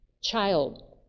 child